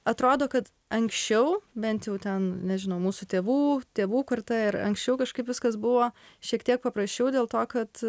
atrodo kad anksčiau bent jau ten nežinau mūsų tėvų tėvų karta ir anksčiau kažkaip viskas buvo šiek tiek paprasčiau dėl to kad